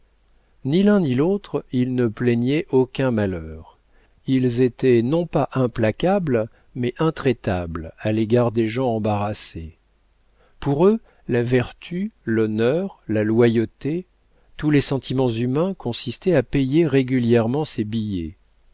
ni l'un ni l'autre ils ne plaignaient aucun malheur ils étaient non pas implacables mais intraitables à l'égard des gens embarrassés pour eux la vertu l'honneur la loyauté tous les sentiments humains consistaient à payer régulièrement ses billets